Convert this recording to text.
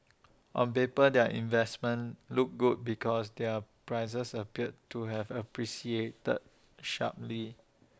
on paper their investments look good because their prices appeared to have appreciated sharply